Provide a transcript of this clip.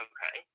Okay